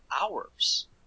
hours